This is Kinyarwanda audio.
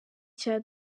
cya